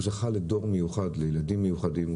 הוא שייך לדור מיוחד, לילדים מיוחדים.